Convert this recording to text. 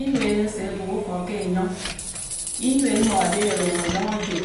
Ínuén ásé bub ùfók ké áyóñ. Ínuén mmódé áluñó áyóñ ájob,